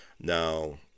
Now